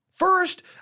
First